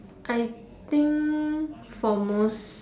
I think for most